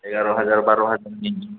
एगार' हाजार बार' हाजारनि